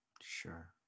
Sure